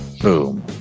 Boom